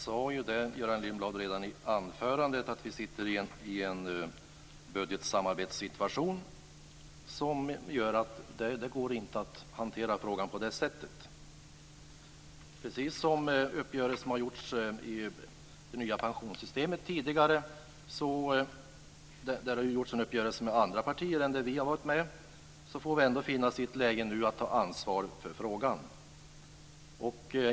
Fru talman! Jag sade redan i anförandet att vi sitter i en budgetsamarbetssituation som gör att det inte går att hantera frågan på det sättet. Precis som uppgörelserna har träffats om det nya pensionssystemet tidigare, där det har träffats en uppgörelse med andra partier och där vi inte har varit med, får vi nu finna oss i ett läge där vi tar ansvar för frågan.